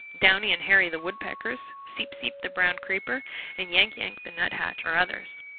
downy and hairy the woodpeckers, seep-seep the brown creeper and yank-yank the nuthatch are others.